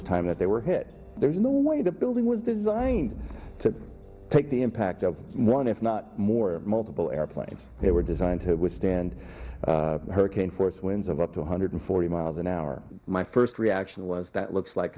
the time that they were hit there's no way the building was designed to take the impact of one if not more multiple airplanes they were designed to withstand hurricane force winds of up to one hundred forty miles an hour my first reaction was that looks like